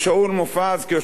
כיושב-ראש האופוזיציה,